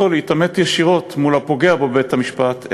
להתעמת ישירות מול הפוגע בו בבית-המשפט,